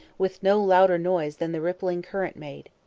with no louder noise than the rippling current made.